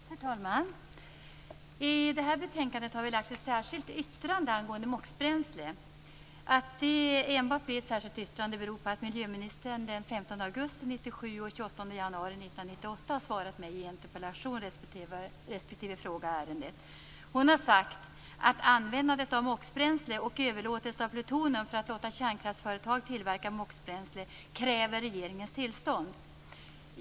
Herr talman! Till det här betänkandet har vi fogat ett särskilt yttrande angående MOX-bränsle. Att det enbart blev ett särskilt yttrande beror på att miljöministern den 15 augusti 1997 och den 28 januari 1998 har svarat mig i en interpellation respektive fråga i ärendet. Hon har sagt att användandet av MOX bränsle och överlåtelse av plutonium för att låta kärnkraftsföretag tillverka MOX-bränsle kräver regeringens tillstånd.